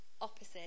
opposite